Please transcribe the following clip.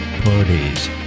parties